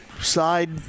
side